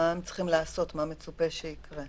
במקרה הזה זכויות של חברה שלמה ושל